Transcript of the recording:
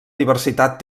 diversitat